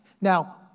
Now